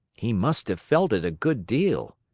he must have felt it a good deal,